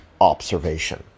observation